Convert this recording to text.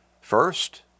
First